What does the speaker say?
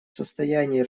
состоянии